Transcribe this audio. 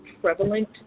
prevalent